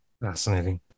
Fascinating